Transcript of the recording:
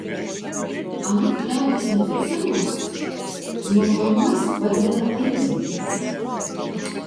anot liaudies medicinos nuo pms padeda avietės